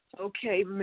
okay